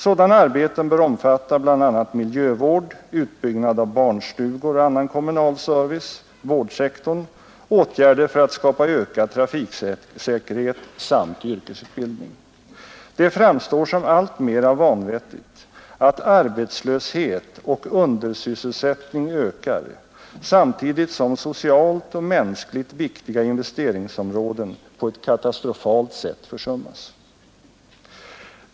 Sådana arbeten bör omfatta bl.a. miljövård, utbyggnad av barnstugor och annan kommunal service, vårdsektorn, åtgärder för att skapa ökad trafiksäkerhet samt yrkesutbildning. Det framstår som alltmera vanvettigt att arbetslöshet och undersysselsättning ökar samtidigt som socialt och mänskligt viktiga investeringsområden på ett katastrofalt sätt försummas.